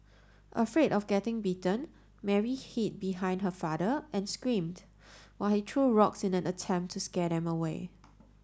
afraid of getting bitten Mary hid behind her father and screamed while he threw rocks in an attempt to scare them away